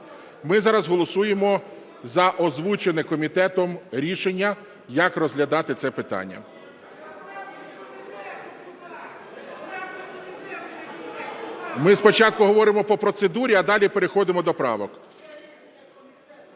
Ми зараз голосуємо за озвучене комітетом рішення, як розглядати це питання. (Шум у залі) Ми спочатку говоримо по процедурі, а далі переходимо до правок.